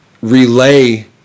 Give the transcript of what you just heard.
relay